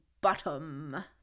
bottom